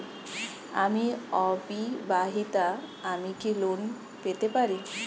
আমি অবিবাহিতা আমি কি লোন পেতে পারি?